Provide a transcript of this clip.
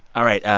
all right.